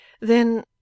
Then